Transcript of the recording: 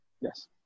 Yes